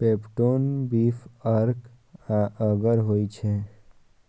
peptone, beef अर्क आ agar होइ छै